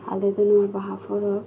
ᱟᱞᱮ ᱫᱚ ᱱᱤᱭᱟᱹ ᱵᱟᱦᱟ ᱯᱚᱨᱚᱵᱽ